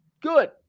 good